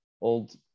old